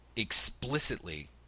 explicitly